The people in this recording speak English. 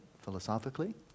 philosophically